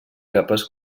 capes